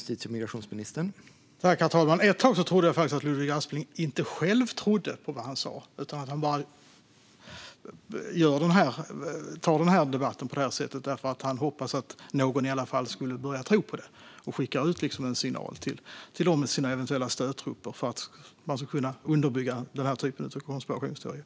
Herr talman! Ett tag trodde jag faktiskt att Ludvig Aspling själv inte tror på vad han säger utan att han tar debatten på detta sätt därför att han hoppas att någon ska börja tro på det och att han skickar ut en signal till sina eventuella stödtrupper för att kunna underbygga den typen av konspirationsteorier.